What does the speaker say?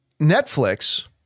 Netflix